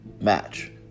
Match